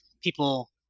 people